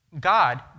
God